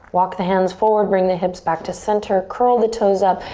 walk the hands forward, bring the hips back to center. curl the toes up,